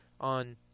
on